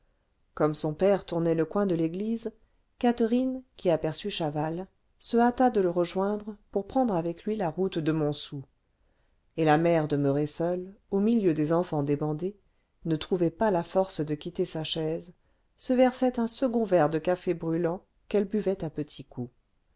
comme son père tournait le coin de l'église catherine qui aperçut chaval se hâta de le rejoindre pour prendre avec lui la route de montsou et la mère demeurée seule au milieu des enfants débandés ne trouvait pas la force de quitter sa chaise se versait un second verre de café brûlant qu'elle buvait à petits coups